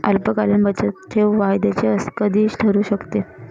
अल्पकालीन बचतठेव फायद्याची कशी ठरु शकते?